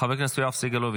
חבר הכנסת יואב סגלוביץ',